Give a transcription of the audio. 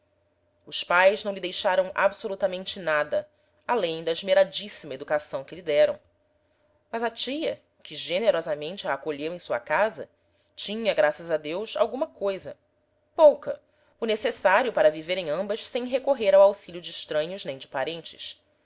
os pais não lhe deixaram absolutamente nada além da esmeradíssima educação que lhe deram mas a tia que generosamente a acolheu em sua casa tinha graças a deus alguma coisa pouca o necessário para viverem ambas sem recorrer ao auxilio de estranhos nem de parentes